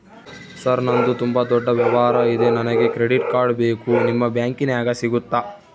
Sir ನಂದು ತುಂಬಾ ದೊಡ್ಡ ವ್ಯವಹಾರ ಇದೆ ನನಗೆ ಕ್ರೆಡಿಟ್ ಕಾರ್ಡ್ ಬೇಕು ನಿಮ್ಮ ಬ್ಯಾಂಕಿನ್ಯಾಗ ಸಿಗುತ್ತಾ?